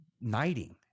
knighting